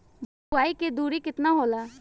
बुआई के दुरी केतना होला?